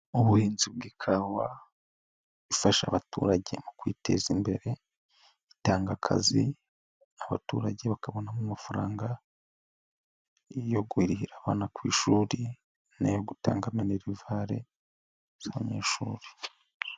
Ubuhinzi bw'ikawa ifasha abaturage mu kwiteza imbere, bitanga akazi abaturage bakabonamo amafaranga yo kurihirira abana ku ishuri no gutanga minerivari z'abanyeshuri.